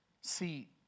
See